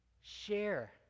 share